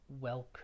welcome